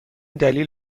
دلیل